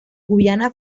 guyana